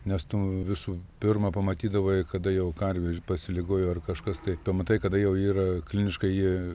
nes tu visų pirma pamatydavai kada jau karvė pasiligojo ar kažkas tai pamatai kada jau yra kliniškai ji